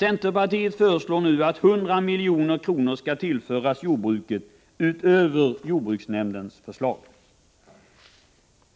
Man föreslår nu att 100 milj.kr. skall tillföras jordbruket utöver jordbruksnämndens förslag.